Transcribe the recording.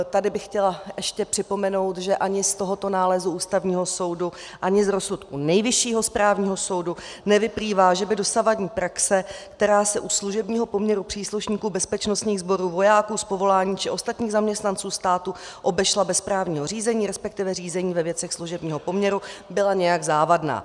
Tady bych chtěla ještě připomenout, že ani z tohoto nálezu Ústavního soudu, ani z rozsudku Nejvyššího správního soudu nevyplývá, že by dosavadní praxe, která se u služebního poměru příslušníků bezpečnostních sborů, vojáků z povolání či ostatních zaměstnanců státu obešla bez správního řízení, resp. řízení ve věcech služebního poměru, byla nějak závadná.